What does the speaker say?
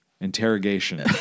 interrogation